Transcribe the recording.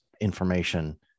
information